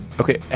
Okay